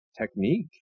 technique